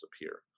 appear